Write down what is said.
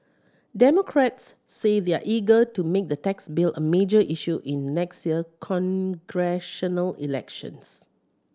democrats say they're eager to make the tax bill a major issue in next year's congressional elections